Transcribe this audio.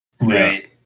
right